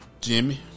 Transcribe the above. Jimmy